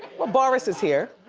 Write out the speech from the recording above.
but boris is here.